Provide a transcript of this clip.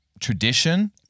tradition